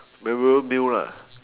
memorable meal lah